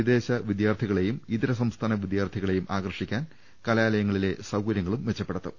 വിദേശ വിദ്യാർത്ഥികളെയും ഇതര സംസ്ഥാന വിദ്യാർത്ഥികളെയും ആകർഷിക്കാൻ കലാലയങ്ങളിലെ സൌകര്യങ്ങളും മെച്ചപ്പെടുത്തും